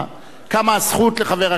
קמה הזכות לחבר הכנסת,